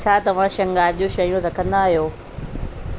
छा तव्हां श्रंगार जूं शयूं रखंदा आहियो